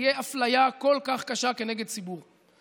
תהיה אפליה כל כך קשה כנגד ציבור,